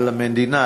על המדינה,